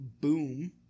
boom